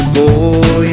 boy